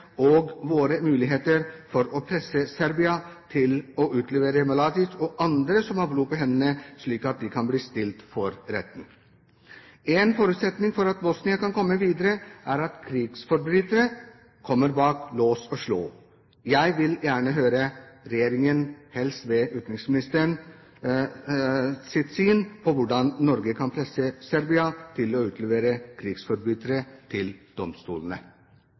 og sine muligheter til å presse Serbia til å utlevere Mladic og andre som har blod på hendene, slik at de kan bli stilt for retten. En forutsetning for at Bosnia kan komme videre, er at krigsforbrytere kommer bak lås og slå. Jeg vil gjerne høre regjeringens syn – helst ved utenriksministeren – på hvordan Norge kan presse Serbia til å utlevere krigsforbrytere til domstolene.